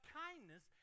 kindness